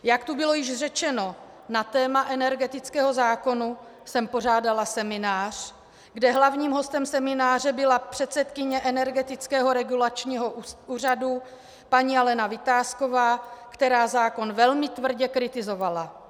Jak tu bylo již řečeno, na téma energetického zákona jsem pořádala seminář, kde hlavním hostem semináře byla předsedkyně Energetického regulačního úřadu paní Alena Vitásková, která zákon velmi tvrdě kritizovala.